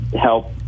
help